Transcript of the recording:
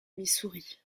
missouri